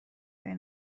جای